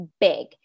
big